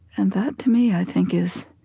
and that, to me, i think, is